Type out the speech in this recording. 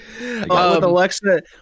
Alexa